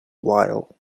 while